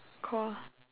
call